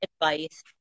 advice